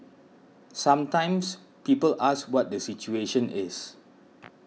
sometimes people ask what the situation is